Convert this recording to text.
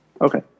Okay